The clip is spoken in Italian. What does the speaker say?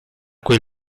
quel